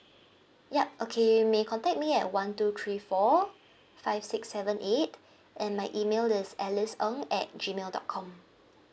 yup okay you may contact me at one two three four five six seven eight and my email is alice ng at gmail dot com